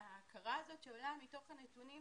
ההכרה הזאת שעולה מתוך הנתונים,